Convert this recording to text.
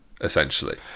essentially